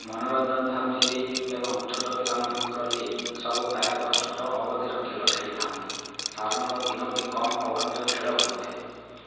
ମନୋରଞ୍ଜନଧର୍ମୀ league ଏବଂ ଛୋଟ ପିଲାମାନଙ୍କକର ଲିଗ୍ ସବୁ ପ୍ରାୟତଃ ଛୋଟ ଅବଧିର ଖେଳ ଖେଳିଥାନ୍ତି ସାଧାରଣତଃ ତିନୋଟି କମ୍ ଅବଧିର ଖେଳ ହୋଇଥାଏ